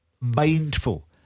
mindful